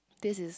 this is